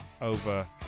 over